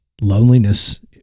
loneliness